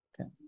Okay